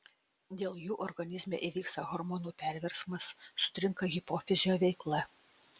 dėl jų organizme įvyksta hormonų perversmas sutrinka hipofizio veikla